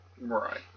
right